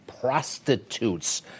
prostitutes